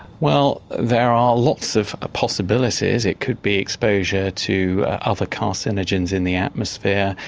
well there are lots of ah possibilities, it could be exposure to other carcinogens in the atmosphere,